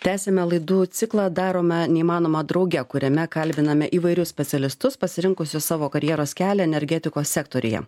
tęsiame laidų ciklą darome neįmanoma drauge kuriame kalbiname įvairius specialistus pasirinkusius savo karjeros kelią energetikos sektoriuje